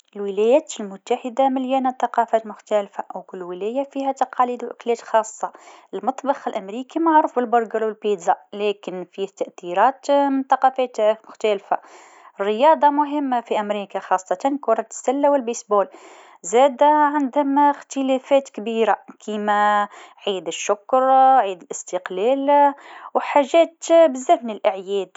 الولايات المتحده مليانه ثقافات مختلفه وكل ولايه فيها تقاليد و أكلات خاصه المطبخ الأمريكي معروف بالبورجر والبيتزا لكن فيها تأثيرات من ثقافات مختلفه، الرياضه مهمه في أمريكا خاصة كرة السلة و البيسبول زاده عندهم إختلافات كبيره كيما عيد الشكر عيد الإستقلال وحاجات برشا من الأعياد.